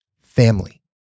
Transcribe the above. family